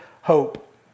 hope